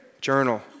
journal